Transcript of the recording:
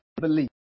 believe